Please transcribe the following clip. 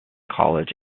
college